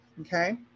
Okay